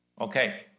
Okay